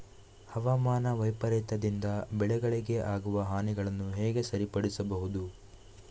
ಹವಾಮಾನ ವೈಪರೀತ್ಯದಿಂದ ಬೆಳೆಗಳಿಗೆ ಆಗುವ ಹಾನಿಗಳನ್ನು ಹೇಗೆ ಸರಿಪಡಿಸಬಹುದು?